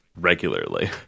regularly